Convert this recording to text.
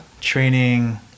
training